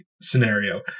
scenario